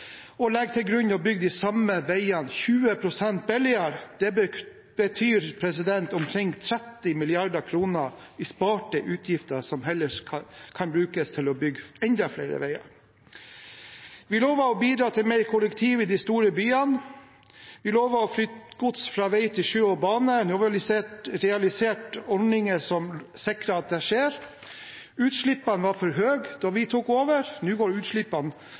til grunn å bygge de samme veiene 20 pst. billigere. Det betyr omkring 30 mrd. kr i sparte utgifter, som heller kan brukes til å bygge enda flere veier. Vi lovte å bidra til mer kollektiv i de store byene. Vi lovte å flytte gods fra vei til sjø og bane. Nå har vi realisert ordninger som sikrer at det skjer. Utslippene var for høye da vi tok over. Nå går utslippene